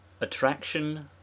Attraction